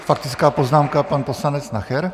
Faktická poznámka, pan poslanec Nacher.